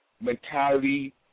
mentality